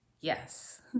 Yes